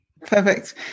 Perfect